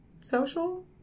social